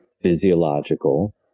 physiological